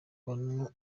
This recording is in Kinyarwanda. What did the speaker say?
onu